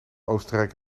oostenrijk